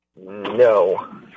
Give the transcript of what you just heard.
No